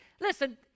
Listen